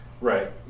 Right